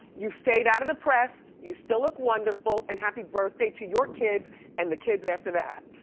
you've stayed outta the press, you still look wonderful and happy birthday to your kids and the kids after that.